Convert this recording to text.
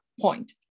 point